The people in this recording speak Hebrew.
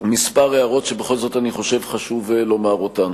כמה הערות שבכל זאת אני חושב שחשוב לומר אותן.